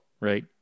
right